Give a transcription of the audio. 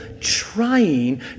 trying